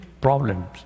problems